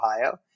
Ohio